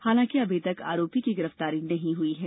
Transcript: हालांकि अभी तक आरोपी की गिरफ्तारी नहीं हुई है